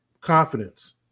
confidence